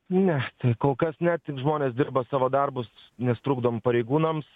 ne kol kas ne tik žmonės dirba savo darbus nes trukdom pareigūnams